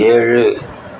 ஏழு